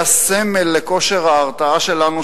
היה סמל לכושר ההרתעה שלנו,